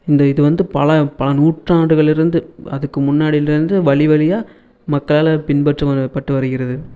இந்த இது வந்து பல பல நூற்றாண்டுகளேருந்து அதுக்கு முன்னாடிலேருந்து வழி வழியாக மக்களால் பின் பற்ற பட்டு வருகிறது